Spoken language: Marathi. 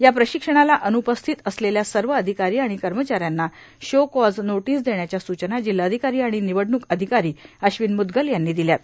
या प्रशिक्षणाला अन्पस्थित असलेल्या सर्व अधिकारी आणि कर्मचाऱ्यांना शो कॉज नोटीस देण्याच्या सूचना जिल्हाधिकारी आणि निवडणूक अधिकारी अश्विन मुदगल यांनी दिल्यात